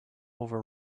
over